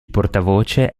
portavoce